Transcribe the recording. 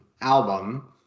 album